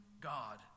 God